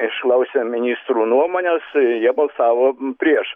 išklausę ministrų nuomones jie balsavo prieš